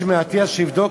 מאטיאס שיבדוק,